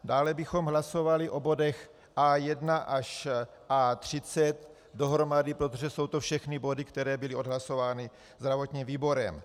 Dále bychom hlasovali o bodech A1 až A30 dohromady, protože jsou to všechny body, které byly odhlasovány zdravotním výborem.